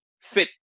fit